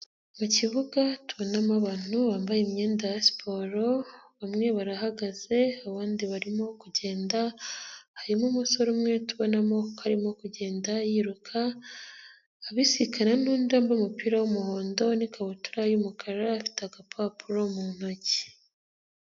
Mu kibuga tubonamo abantu bambaye imyenda ya siporo bamwe barahagaze abandi barimo kugenda, harimo umusore umwe tubonamo ko arimo kugenda yiruka abisikana n'undi wambaye umupira w'umuhondo n'ikabutura y'umukara afite agapapuro mu ntoki.